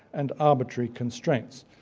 and arbitrary constraints.